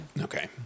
Okay